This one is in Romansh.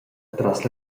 tras